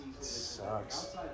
sucks